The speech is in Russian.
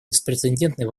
беспрецедентные